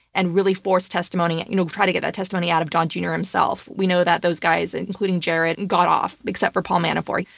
and really force testimony and you know try to get that testimony out of don junior himself. we know that those guys, and including jared, and got off, except for paul manafort.